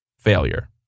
failure